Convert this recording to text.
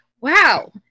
wow